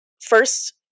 first